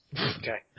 Okay